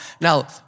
now